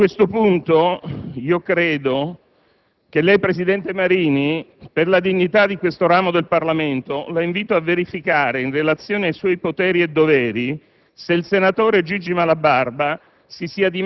A questo punto, presidente Marini, per la dignità di questo ramo del Parlamento, la invito a verificare, in relazione ai suoi poteri e doveri, se il senatore Luigi Malabarba